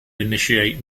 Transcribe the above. initiate